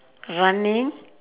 running